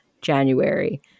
January